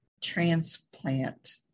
transplant